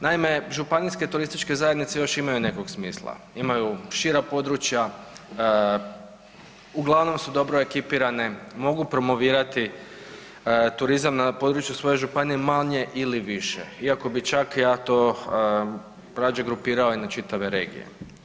Naime, županijske TZ još imaju nekog smisla, imaju šira područja, uglavnom su dobro ekipirane, mogu promovirati turizam na području svoje županije manje ili više iako bi čak ja to rađe grupirao i na čitave regije.